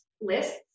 lists